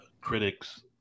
critics